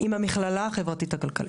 עם המכללה החברתית הכלכלית.